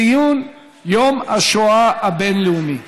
ציון יום השואה הבין-לאומי,